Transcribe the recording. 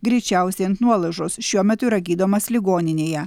greičiausiai ant nuolaužos šiuo metu yra gydomas ligoninėje